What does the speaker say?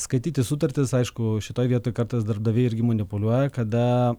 skaityti sutartis aišku šitoj vietoj kartais darbdaviai irgi manipuliuoja kada